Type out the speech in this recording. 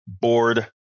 Board